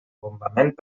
bombament